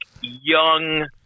young